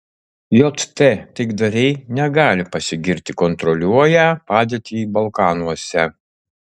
jt taikdariai negali pasigirti kontroliuoją padėtį balkanuose